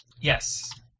Yes